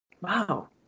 Wow